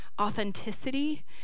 authenticity